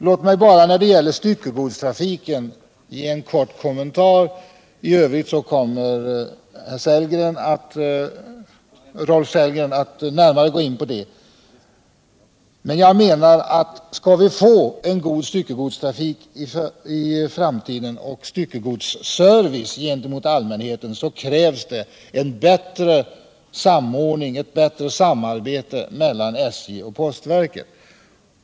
Låt mig bara när det gäller styckegodstrafiken ge en mycket kort kommentar; i övrigt kommer Rolf Sellgren att gå närmare in på den frågan. För att man i framtiden skall få en god styckegodstrafik och en bra styckegodsservice gentemot allmänheten krävs det en bättre samordning och ett bättre samarbete mellan SJ och postverket.